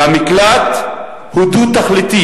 והמקלט הוא דו-תכליתי.